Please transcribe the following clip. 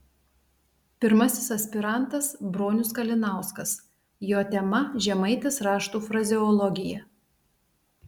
pirmasis aspirantas bronius kalinauskas jo tema žemaitės raštų frazeologija